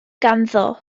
ganddo